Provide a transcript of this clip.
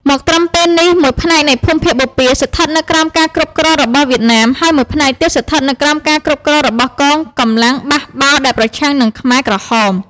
មកត្រឹមពេលនេះ មួយផ្នែកនៃភូមិភាគបូព៌ាស្ថិតនៅក្រោមការគ្រប់គ្រងរបស់វៀតណាម ហើយមួយផ្នែកទៀតស្ថិតនៅក្រោមការគ្រប់គ្រងរបស់កងកម្លាំងបះបោរដែលប្រឆាំងនឹងខ្មែរក្រហម។